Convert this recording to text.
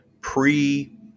pre